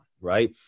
right